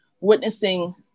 witnessing